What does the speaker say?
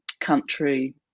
country